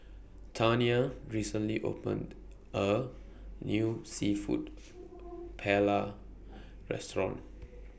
Taniya recently opened A New Seafood Paella Restaurant